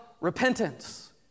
repentance